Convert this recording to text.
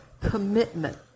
commitment